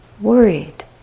worried